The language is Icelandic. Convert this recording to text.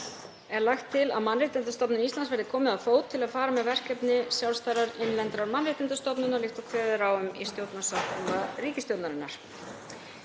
er lagt til að Mannréttindastofnun Íslands verði komið á fót til að fara með verkefni sjálfstæðrar innlendrar mannréttindastofnunar, líkt og kveðið er á um í stjórnarsáttmála ríkisstjórnarinnar.